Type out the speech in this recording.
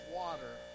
water